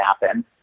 happen